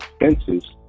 expenses